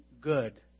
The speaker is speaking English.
good